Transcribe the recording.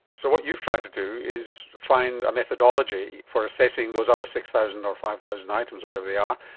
so what you've tried to do is find a methodology for assessing those other six thousand or five thousand items, whatever they are,